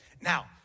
Now